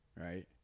right